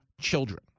children